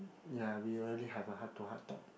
ya we already have a heart to heart talk